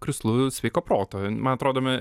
krislu sveiko proto man atrodo me